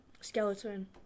Skeleton